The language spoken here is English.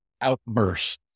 outbursts